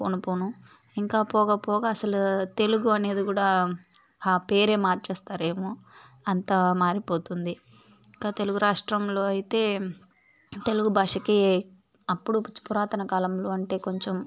పోనుపోనూ ఇంకా పోగాపోగా అసలు తెలుగు అనేదికూడా ఆ పేరే మార్చేస్తారేమో అంత మారిపోతుంది ఇంకా తెలుగురాష్ట్రంలో అయితే తెలుగుభాషకి అప్పుడు పురాతనకాలంలో అంటే కొంచెం